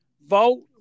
Vote